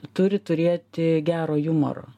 turi turėti gero jumoro